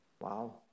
Wow